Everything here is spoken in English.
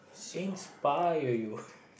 inspire you